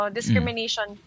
discrimination